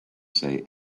say